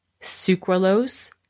sucralose